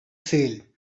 sale